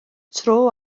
tro